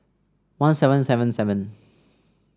one seven seven seven